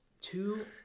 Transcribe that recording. two